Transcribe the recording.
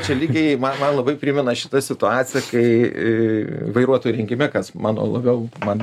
čia lygiai man man labai primena šita situacija kai vairuotojų rinkime kas mano labiau man